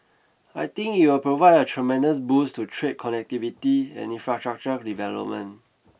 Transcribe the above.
I think it will provide a tremendous boost to trade connectivity and infrastructure development